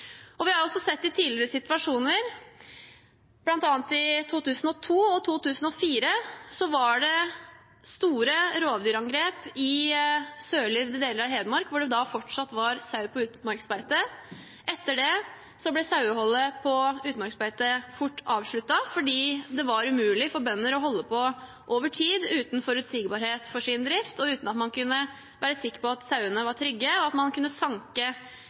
Vi har også sett det i tidligere situasjoner. Blant annet i 2002 og 2004 var det store rovdyrangrep i sørlige deler av Hedmark hvor det da fortsatt var sau på utmarksbeite. Etter det ble saueholdet med utmarksbeite fort avsluttet fordi det var umulig for bønder å holde på over tid uten forutsigbarhet for sin drift og uten at man kunne være sikker på at sauene var trygge, og at man kunne sanke